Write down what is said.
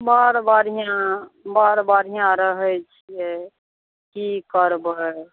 बड़ बढ़िआँ बड़ बढ़िआँ रहै छिए की करबै